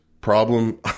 problem